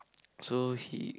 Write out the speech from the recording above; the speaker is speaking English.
so he